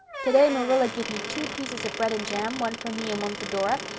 today marilla give me two pieces of bread and jam, one for me and one for dora.